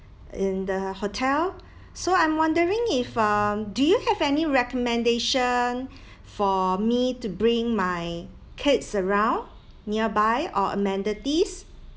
in the hotel so I'm wondering if um do you have any recommendation for me to bring my kids around nearby or amenities